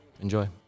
enjoy